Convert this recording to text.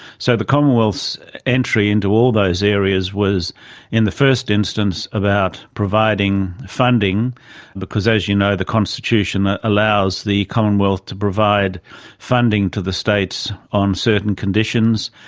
so the commonwealth's entry into all those areas was in the first instance about providing funding because, as you know, the constitution ah allows the commonwealth to provide funding to the states on certain conditions,